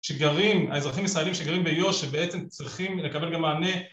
שגרים, האזרחים ישראלים שגרים ביוש שבעצם צריכים לקבל גם מענה